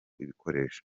ibikoresho